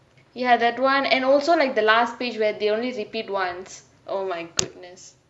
ya that [one] and also like the last page where they only repeat once oh my goodness